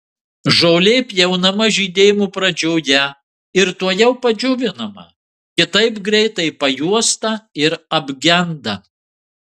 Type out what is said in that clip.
žolė pjaunama žydėjimo pradžioje ir tuojau pat džiovinama kitaip greitai pajuosta ir apgenda